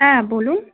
হ্যাঁ বলুন